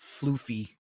floofy